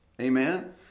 Amen